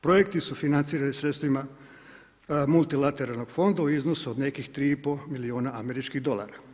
Projekti su financirani sredstvima multilateralnog fonda u iznosu od nekih 3 i pol milijuna američkih dolara.